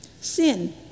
Sin